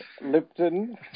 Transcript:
Lipton